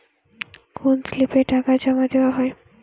কোন স্লিপে টাকা জমাদেওয়া হয়?